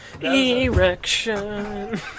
Erection